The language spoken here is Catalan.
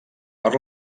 per